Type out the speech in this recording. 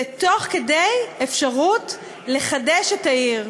ותוך כדי אפשרות לחדש את העיר,